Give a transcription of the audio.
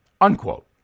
Unquote